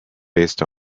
based